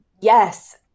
Yes